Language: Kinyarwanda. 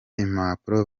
impapuro